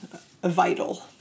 vital